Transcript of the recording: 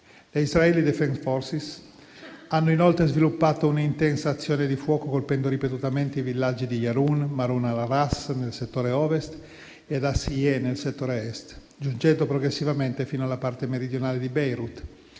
Le Israeli Defense Forces (IDF) hanno inoltre sviluppato un'intensa azione di fuoco, colpendo ripetutamente i villaggi di Yarun e Marun Al Ras, nel settore Ovest, e Adassiyeh, nel settore Est, giungendo progressivamente fino alla parte meridionale di Beirut